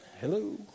Hello